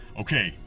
okay